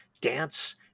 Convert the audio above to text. dance